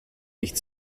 nicht